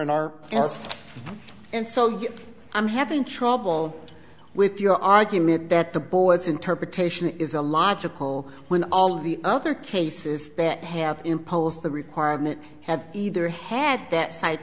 in our house and so i'm having trouble with your argument that the boy's interpretation is a logical when all the other cases that have imposed the requirement have either had that